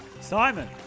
Simon